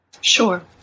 Sure